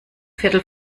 viertel